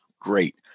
Great